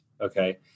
Okay